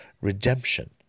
redemption